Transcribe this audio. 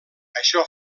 això